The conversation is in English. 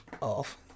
off